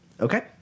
Okay